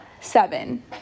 seven